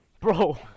Bro